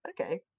okay